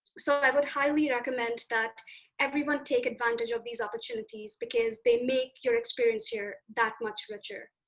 so i would highly recommend that everyone take advantage of these opportunities because they make your experience here that much richer.